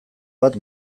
bat